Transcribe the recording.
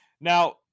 Now